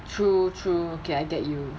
true true okay I get you